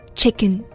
Chicken